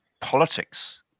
politics